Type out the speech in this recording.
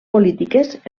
polítiques